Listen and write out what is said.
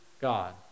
God